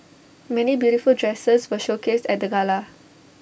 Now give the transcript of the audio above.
many beautiful dresses were showcased at the gala